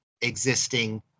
existing